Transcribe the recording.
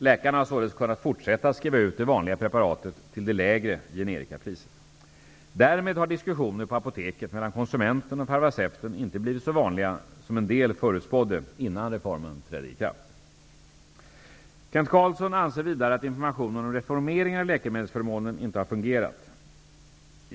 Läkarna har således kunnat fortsätta att skriva ut det vanliga preparatet till det lägre generikapriset. Därmed har diskussioner på apoteket mellan konsumenten och farmaceuten inte blivit så vanliga som en del förutspådde innan reformen trädde i kraft. Kent Carlsson anser vidare att informationen om reformeringen av läkemedelsförmånen inte har fungerat.